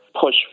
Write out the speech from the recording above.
push